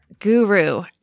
Guru